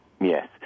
Yes